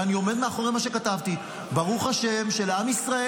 ואני עומד מאחורי מה שכתבתי: "ברוך השם שלעם ישראל